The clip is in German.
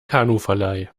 kanuverleih